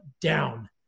down